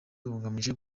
bugamije